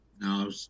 No